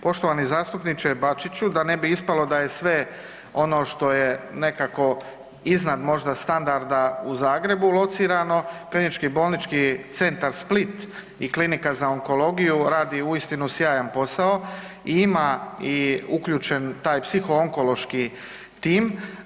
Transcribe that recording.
Poštovani zastupniče Bačiću, da ne bi ispalo da je sve ono što je nekako iznad standarda u Zagrebu locirano Klinički bolnički centar Split i Klinika za onkologiju radi uistinu sjajan posao i ima i uključen taj psihoonkološki tim.